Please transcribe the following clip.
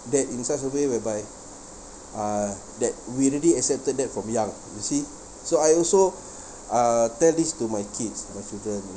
that in such a way whereby uh that we already accepted that from young you see so I also uh tell this to my kids my children you